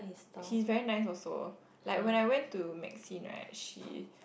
he's very nice also like when I went to Maxine right she